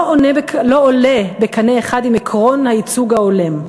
לא עולה בקנה אחד עם עקרון הייצוג ההולם.